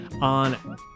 on